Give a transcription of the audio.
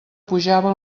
pujava